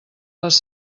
les